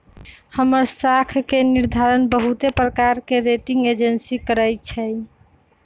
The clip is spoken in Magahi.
हमर साख के निर्धारण बहुते प्रकार के रेटिंग एजेंसी करइ छै